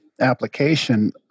application